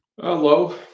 Hello